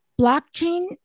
Blockchain